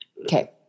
Okay